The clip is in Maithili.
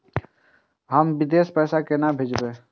हम विदेश पैसा केना भेजबे?